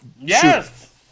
Yes